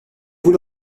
vous